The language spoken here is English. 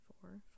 four